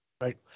Right